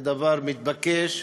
זה דבר מתבקש,